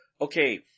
okay